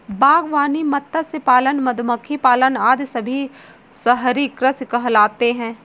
बागवानी, मत्स्य पालन, मधुमक्खी पालन आदि सभी शहरी कृषि कहलाते हैं